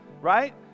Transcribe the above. right